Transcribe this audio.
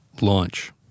Launch